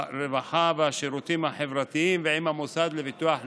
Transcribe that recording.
הרווחה והשירותים החברתיים ועם המוסד לביטוח הלאומי.